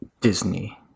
Disney